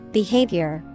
behavior